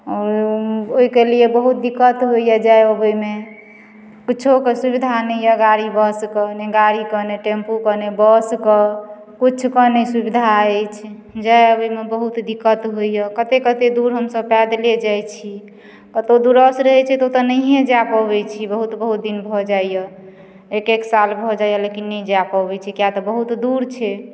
आओर ओहिके लिए बहुत दिक्कत होइया जाय अबैमे किछो के सुविधा नहि यऽ गाड़ी बस के नहि गाड़ीके नहि टेम्पू के नहि बस के कुछ के नहि सुविधा अछि जाय अबै मे बहुत दिक्कत होइया कते कते दूर हमसब पैदले जाइ छी कतौ दूरस रहै छै तऽ ओतऽ नहिये जाय पबै छी बहुत बहुत दिन भऽ जाइया एक एक साल भऽ जाइया लेकिन नहि जाय पबै छी किया तऽ बहुत दूर छै